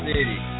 City